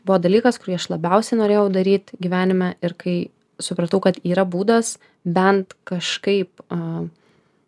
buvo dalykas kurį aš labiausiai norėjau daryt gyvenime ir kai supratau kad yra būdas bent kažkaip a